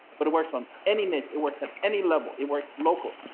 but it works on any net it works at any level. it works local.